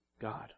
God